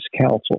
counsel